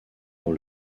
dans